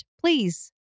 please